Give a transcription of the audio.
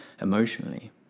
emotionally